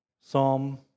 Psalm